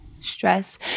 stress